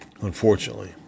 unfortunately